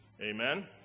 Amen